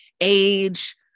age